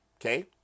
okay